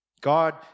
God